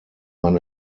man